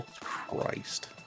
Christ